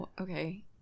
Okay